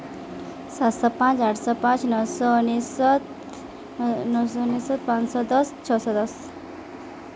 ସାତଶହ ପାଞ୍ଚ ଆଠଶହ ପାଞ୍ଚ ନଅଶହ ଅନେଶତ ନଅଶହ ଅନେଶତ ପାଞ୍ଚ ଶହ ଦଶ ଛଅଶହ ଦଶ